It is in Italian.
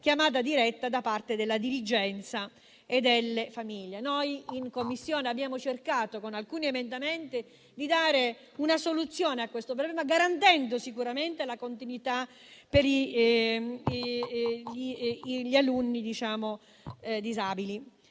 chiamata diretta da parte della dirigenza e delle famiglie. In Commissione abbiamo cercato, con alcuni emendamenti, di dare una soluzione a questo problema garantendo sicuramente la continuità per gli alunni disabili.